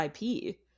IP